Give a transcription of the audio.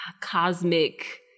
cosmic